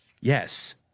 yes